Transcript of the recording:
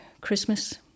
Christmas